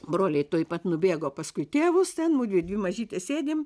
broliai tuoj pat nubėgo paskui tėvus ten mudvi mažytės sėdim